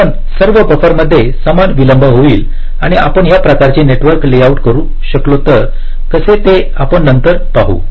कारण सर्व बफरमध्ये समान विलंब होईल आणि आपण या प्रकारचे नेटवर्क लेआउट करू शकलो तरकसे ते आपण नंतर पाहू